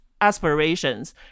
aspirations